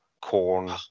corn